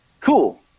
cool